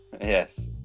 Yes